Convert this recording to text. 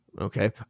Okay